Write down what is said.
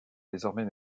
désormais